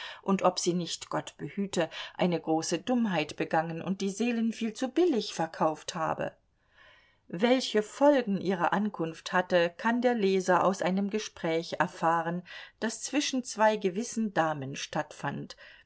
und ob sie nicht gott behüte eine große dummheit begangen und die seelen viel zu billig verkauft habe welche folgen ihre ankunft hatte kann der leser aus einem gespräch erfahren das zwischen zwei gewissen damen stattfand